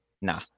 Nah